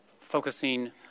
focusing